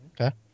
okay